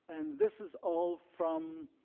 and this is all from